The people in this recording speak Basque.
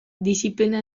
diziplina